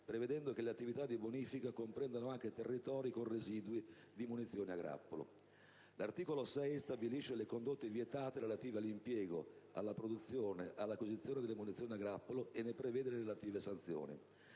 prevedendo che le attività di bonifica comprendano anche territori con residui di munizioni a grappolo. L'articolo 6 stabilisce le condotte vietate relative all'impiego, alla produzione, all'acquisizione delle munizioni a grappolo e ne prevede le relative sanzioni.